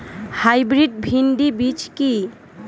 Hybrid ভীন্ডি বীজ কি?